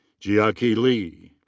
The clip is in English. jiaqi li.